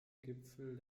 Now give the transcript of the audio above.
gipfel